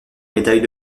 médaille